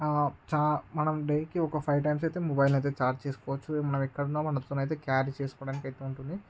ఆ చా మనం డే కి ఒక ఫైవ్ టైమ్స్ అయితే మొబైల్ని అయితే ఛార్జ్ చేసుకోవచ్చు మనం ఎక్కడున్నా మనతో అయితే క్యారీ చేసుకోవడానికి అయితే ఉంటుంది